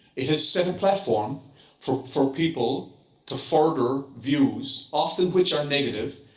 it has set a platform for for people to further views, often which are negative,